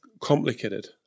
complicated